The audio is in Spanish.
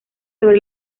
sobre